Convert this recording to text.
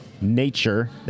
nature